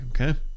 okay